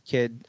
Kid